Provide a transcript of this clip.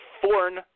foreign